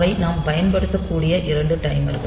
அவை நாம் பயன்படுத்தக்கூடிய 2 டைமர்கள்